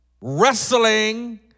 wrestling